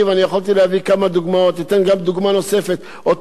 אתן גם דוגמה נוספת: אותו אסיר רוצה לפתור את